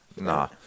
Nah